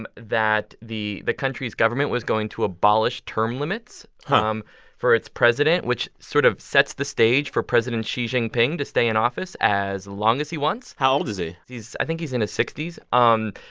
and that the the country's government was going to abolish term limits um for its president, which sort of sets the stage for president xi jinping to stay in office as long as he wants how old is he? he's i think he's in his sixty s. um